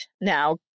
now